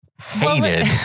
hated